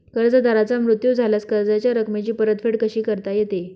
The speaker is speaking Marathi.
कर्जदाराचा मृत्यू झाल्यास कर्जाच्या रकमेची परतफेड कशी करता येते?